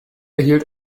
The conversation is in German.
erhielt